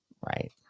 Right